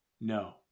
No